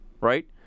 right